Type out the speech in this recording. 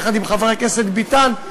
יחד עם חבר הכנסת ביטן,